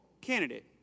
candidate